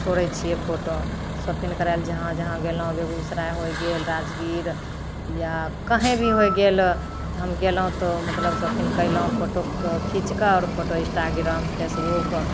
छोड़ै छिए फोटो शौकीन करैले जहाँ जहाँ गेलहुँ बेगूसराय होइ गेल राजगीर या कहैँ भी होइ गेल हम गेलहुँ तऽ मतलब शौकीन कएलहुँ फोटोके खीचिके आओर फोटो इन्स्टाग्राम फेसबुक